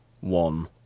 one